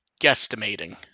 guesstimating